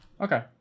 Okay